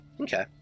Okay